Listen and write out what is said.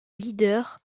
leader